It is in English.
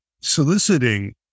soliciting